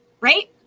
right